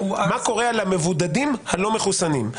מה קורה על המבודדים הלא מחוסנים?